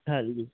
ਹਾਂਜੀ